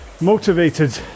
motivated